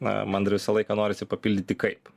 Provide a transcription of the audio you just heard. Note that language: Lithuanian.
a man dar visą laiką norisi papildyti kaip